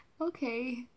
Okay